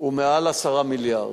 הוא מעל 10 מיליארד.